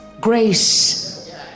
Grace